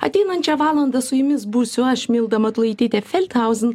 ateinančią valandą su jumis būsiu aš milda matulaitytė feldhauzen